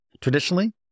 Traditionally